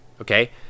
Okay